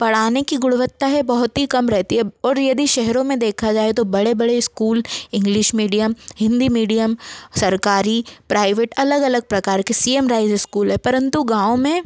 पढ़ाने की गुणवता है बहुत ही कम रहती है और यदि शहरों मे देखा जाए तो बड़े बड़े school English medium Hindi medium सरकारी प्राइवेट अलग अलग प्रकार के सी एम राइज़ स्कूल है परन्तु गाँव में